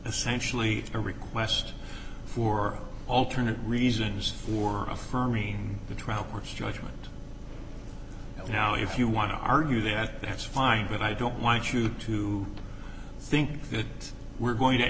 essentially a request for alternate reasons or affirm mean the trial court's judgment now if you want to argue that that's fine but i don't want you to think that we're going to